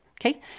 Okay